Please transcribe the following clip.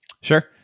Sure